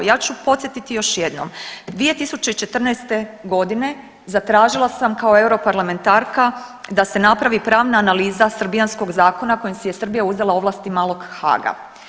Ja ću podsjetiti još jednom, 2014. g. zatražila sam kao europarlamentarka da se napravi pravna analiza srbijanskog zakona kojima si se Srbija uzela ovlasti malog Haaga.